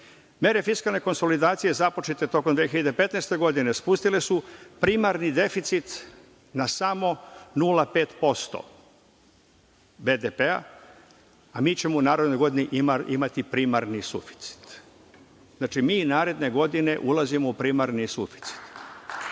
Mere fiskalne konsolidacije započete tokom 2015. godine spustile su primarni deficit na samo 0,5% BDP-a, a mi ćemo u narednoj godini imati primarni suficit. Znači, mi naredne godine ulazimo u primarni suficit.